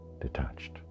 detached